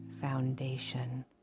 foundation